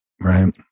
right